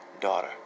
daughter